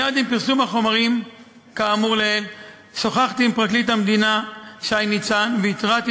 מייד עם פרסום החומרים כאמור לעיל שוחחתי עם פרקליט המדינה שי ניצן והתרעתי